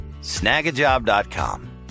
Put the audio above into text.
Snagajob.com